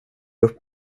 upp